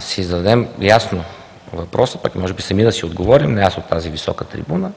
си зададем ясно въпроса, пък може би сами да си отговорим – не аз от тази висока трибуна: